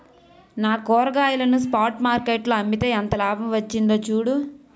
నా కూరగాయలను spot market లో అమ్మితే ఎంత లాభం వచ్చిందో చూడు